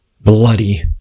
Bloody